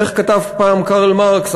איך כתב פעם קרל מרקס?